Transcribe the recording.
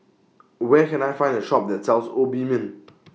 Where Can I Find The Shop that sells Obimin